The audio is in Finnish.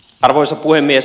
arvoisa puhemies